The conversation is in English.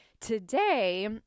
Today